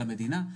למדינה,